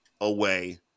away